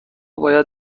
باید